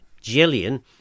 Gillian